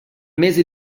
mese